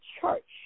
church